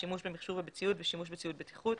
שימוש במכשור ובציוד ושימוש בציוד בטיחות,